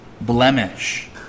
blemish